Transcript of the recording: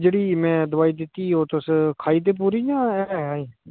मतलब जेह्ड़ी में दोआई दित्ती ओह् तुस खाइदे पूरी जां है अजें